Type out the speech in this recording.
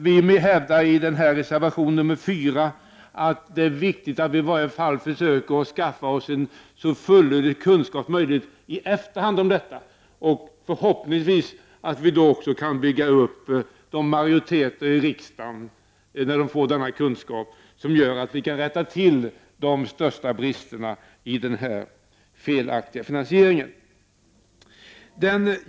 Vi hävdar i reservation 4 att det är viktigt att man försöker skaffa en så fullödig kunskap som möjligt åtminstone i efterhand om detta. Förhoppningsvis går det då att bygga upp en majoritet i riksdagen när denna kunskap finns som gör att man kan rätta till de största bristerna i den felaktiga finansieringen.